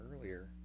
earlier